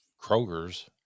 Kroger's